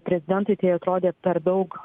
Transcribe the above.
prezidentui tai atrodė per daug